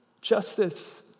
justice